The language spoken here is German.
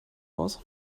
aus